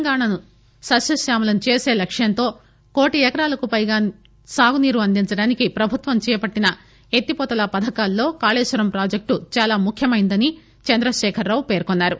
తెలంగాణను సస్యశ్యామలం చేసే లక్ష్యంతో కోటీ ఎకరాలకు పైగా సాగునీరు అందించేందుకు ప్రభుత్వం చేపట్టిన ఎత్తిపోతల పథకాలలో కాళేశ్వరం ప్రాజెక్లు చాలా ముఖ్యమైనదని చంద్రశేఖరరావు పేర్కొన్నారు